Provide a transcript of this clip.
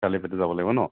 খালী পেটে যাব লাগিব ন